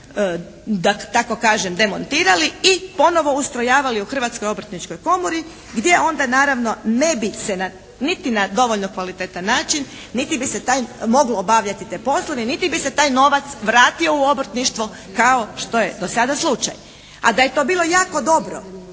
da tako kažem demontirali i ponovo ustrojavali u Hrvatskoj obrtničkoj komori gdje onda naravno ne bi se niti na dovoljno kvalitetan način niti bi se taj, moglo obavljati te poslove, niti bi se taj novac vratio u obrtništvo kao što je dosada slučaj. A da je to bilo jako dobro